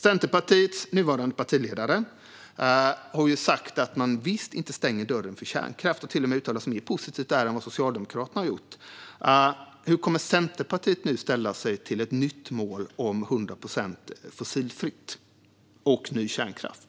Centerpartiets nuvarande partiledare har sagt att man visst inte stänger dörren för kärnkraft och till och med uttalat sig mer positivt där än vad Socialdemokraterna har gjort. Hur kommer Centerpartiet nu att ställa sig till ett nytt mål om 100 procent fossilfritt och ny kärnkraft?